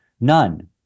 None